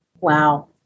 Wow